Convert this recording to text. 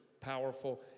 powerful